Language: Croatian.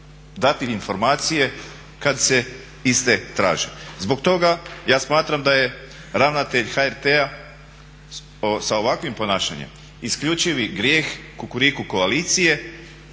dati informacije kad se iste traže. Zbog toga ja smatram da je ravnatelj HRT-a sa ovakvim ponašanjem isključivi grijeh Kukuriku koalicije